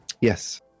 yes